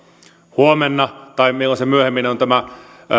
huomenna tai milloin myöhemmin on tämä